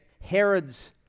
Herod's